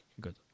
good